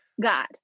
God